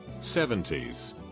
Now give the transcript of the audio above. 70s